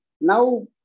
Now